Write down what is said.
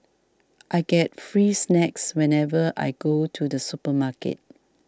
I get free snacks whenever I go to the supermarket